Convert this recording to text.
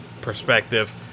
perspective